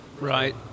right